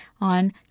on